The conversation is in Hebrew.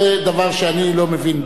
זה דבר שאני לא מבין בו.